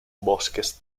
bosques